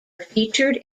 featured